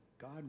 god